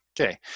Okay